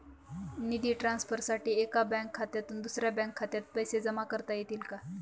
निधी ट्रान्सफरसाठी एका बँक खात्यातून दुसऱ्या बँक खात्यात पैसे जमा करता येतील का?